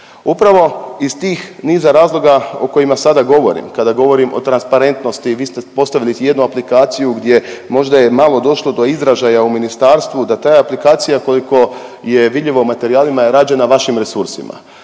Upravo iz tih niza razloga o kojima sada govorim, kada govorim o transparentnosti, vi ste postavili jednu aplikaciju gdje možda je malo došlo do izražaja u ministarstvu da ta aplikacija koliko je vidljivo u materijalima je rađena vašim resursima.